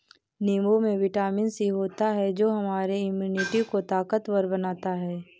नींबू में vitamin C होता है जो हमारे इम्यूनिटी को ताकतवर बनाता है